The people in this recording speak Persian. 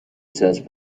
چسب